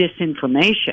disinformation